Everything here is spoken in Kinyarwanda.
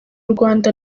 rwanda